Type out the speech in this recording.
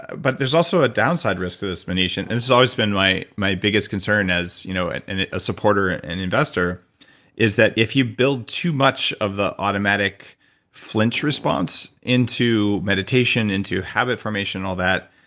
but there's also a downside risk to this, maneesh, and and it's always been my my biggest concern as you know and and a supporter and investor is that if you build too much of the automatic flinch response into meditation, into habit formation, all that,